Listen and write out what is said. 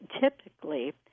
typically